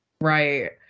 Right